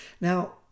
Now